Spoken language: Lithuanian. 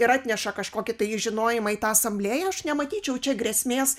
ir atneša kažkokį tai žinojimą į tą asamblėją aš nematyčiau čia grėsmės